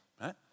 right